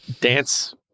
dance